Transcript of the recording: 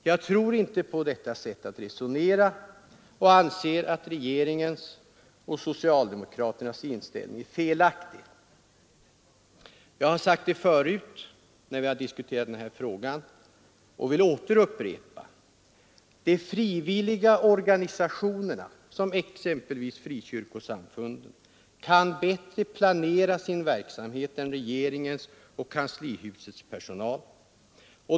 Jag tror inte på detta sätt att resonera och anser att regeringens och socialdemokraternas inställning är felaktig. Jag har sagt det förut när vi har diskuterat den här frågan och vill åter upprepa: De frivilliga organisationerna, exempelvis frikyrkosamfunden, kan bättre planera sin verksamhet än regeringen och kanslihusets personal.